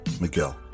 Miguel